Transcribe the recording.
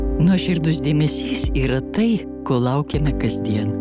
nuoširdus dėmesys yra tai ko laukiame kasdien